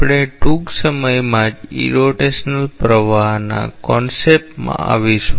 આપણે ટૂંક સમયમાં જ ઇરોટેશનલ પ્રવાહ ના કોન્સેપ્ટ માં આવીશું